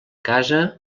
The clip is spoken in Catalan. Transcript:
casa